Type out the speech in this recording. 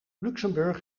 luxemburg